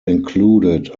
included